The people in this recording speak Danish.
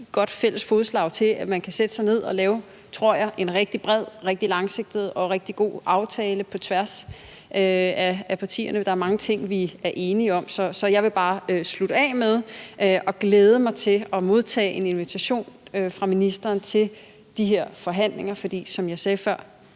godt fælles fodslag, til at man kan sætte sig ned og lave – tror jeg – en rigtig bred, langsigtet og god aftale på tværs af partierne. Der er mange ting, vi er enige om. Så jeg vil bare slutte af med at sige, at jeg glæder mig til at modtage en invitation fra ministeren til de her forhandlinger, for, som jeg sagde før: